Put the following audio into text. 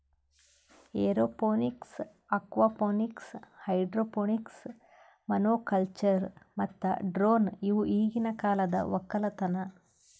aeroponics, aquaponics, hydroponics, monoculture ಮತ್ತ drone ಇವು ಈಗಿನ ಕಾಲದ ಒಕ್ಕಲತನ